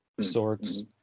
sorts